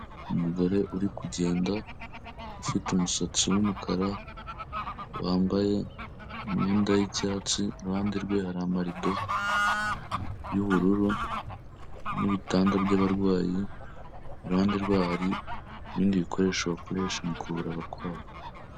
Umugore uri kugenda ufite umusatsi w'umukara. Wambaye imyenda y'icyatsi, iruhande rwe hari amarido y'ubururu n'ibitanda by'abarwayi. Iruhande rwe hari ibindi bikoresho bakoresha mu kuvura abarwayi.